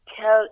tell